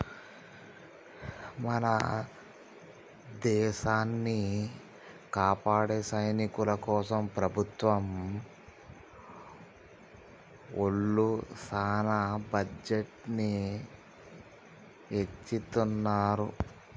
మన దేసాన్ని కాపాడే సైనికుల కోసం ప్రభుత్వం ఒళ్ళు సాన బడ్జెట్ ని ఎచ్చిత్తున్నారు